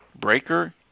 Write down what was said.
Breaker